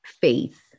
faith